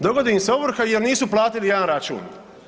Dogodi im se ovrha jel nisu platili jedan račun.